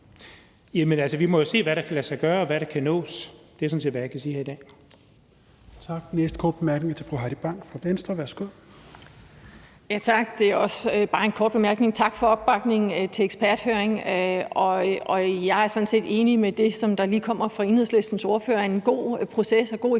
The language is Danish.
vi må jo se, hvad der kan lade sig gøre, og hvad der kan nås. Det er sådan set, hvad jeg kan sige her i dag.